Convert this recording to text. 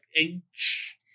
inch